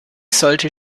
sollte